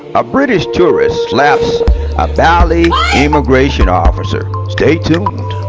a british tourists slaps a bali immigration officer stay tuned